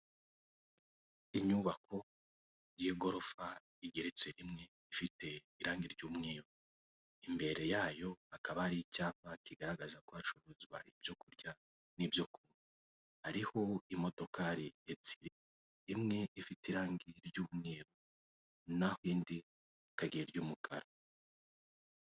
Inyubako y'igorofa igeretse rimwe ifite irange ry'umweru, imbere yayo hakaba hari icyapa kigaragaza ko hacuruzwa ibyo kurya n'ibyo kunywa, hariho imodokari ebyiri imwe ifite irangi ry'umweru naho indi ikage iry'umukara.